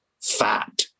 fat